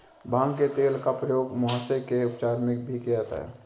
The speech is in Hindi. भांग के तेल का प्रयोग मुहासे के उपचार में भी किया जाता है